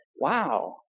wow